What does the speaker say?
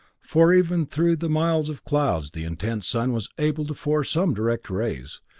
for even through the miles of clouds the intense sun was able to force some direct rays,